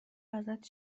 ازت